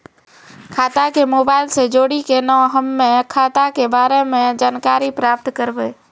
खाता के मोबाइल से जोड़ी के केना हम्मय खाता के बारे मे जानकारी प्राप्त करबे?